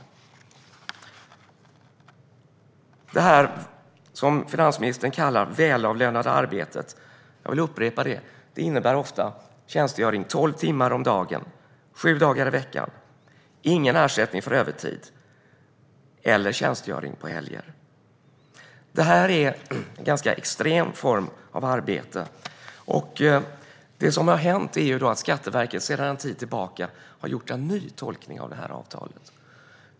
Jag vill upprepa att detta arbete, som finansministern kallar välavlönat, ofta innebär tjänstgöring tolv timmar om dagen, sju dagar i veckan, utan ersättning för övertid eller tjänstgöring på helger. Detta är en ganska extrem form av arbete. Det som har hänt är att Skatteverket sedan en tid tillbaka har gjort en ny tolkning av detta avtal.